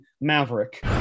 Maverick